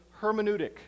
hermeneutic